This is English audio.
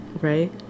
right